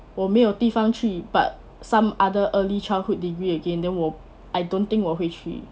我没有地方去 but some other early childhood degree again then 我 I don't think 我会去